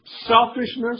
selfishness